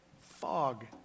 fog